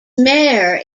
mare